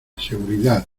seguridad